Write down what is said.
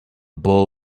bowl